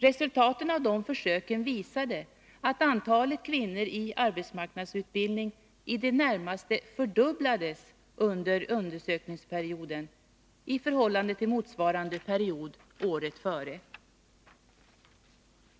Resultaten av försöken visade att antalet kvinnor i arbetsmarknadsutbildning i det närmaste fördubblades under undersökningsperioden i förhållande till motsvarande period året före.